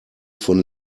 von